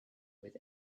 with